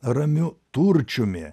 ramiu turčiumi